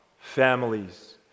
families